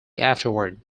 afterward